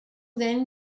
then